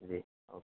जी okay